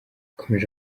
yakomeje